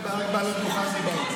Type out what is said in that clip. על הדוכן דיברנו.